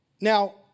Now